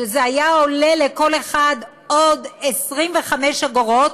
שזה היה עולה לכל אחד עוד 25 אגורות,